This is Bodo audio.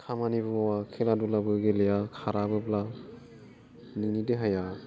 खामानिबो मावा खेला धुलाबो गेलेया खाराबोब्ला नोंनि देहाया